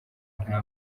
nta